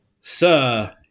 Sir